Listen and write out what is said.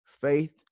faith